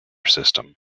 system